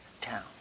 town